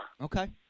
Okay